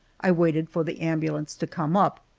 i waited for the ambulance to come up.